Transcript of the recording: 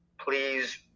please